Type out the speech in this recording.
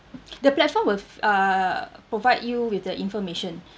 the platform with uh provide you with the information